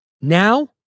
Now